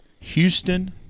Houston